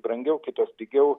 brangiau kitos pigiau